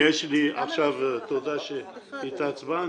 תודה שהתעצבנת.